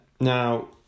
now